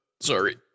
Sorry